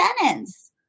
sentence